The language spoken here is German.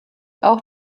auch